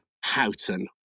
Houghton